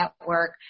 Network